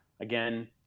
Again